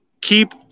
keep